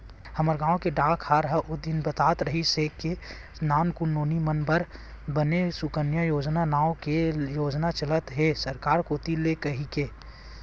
हमर गांव के डाकहार ओ दिन बतात रिहिस हे के नानकुन नोनी मन बर बने सुकन्या योजना नांव ले योजना चलत हे सरकार कोती ले कहिके